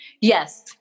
Yes